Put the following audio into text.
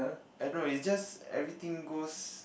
I don't know it just everything goes